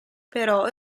però